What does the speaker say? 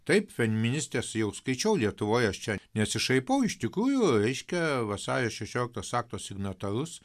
taip feministės jau skaičiau lietuvoj aš čia nesišaipau iš tikrųjų reiškia vasario šešioliktos akto signatarus